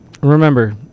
remember